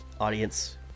audience